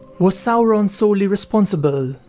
was sauron soely responsible,